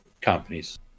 companies